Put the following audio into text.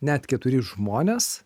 net keturi žmonės